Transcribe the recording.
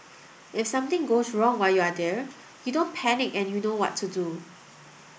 if something goes wrong while you're there you don't panic and you know what to do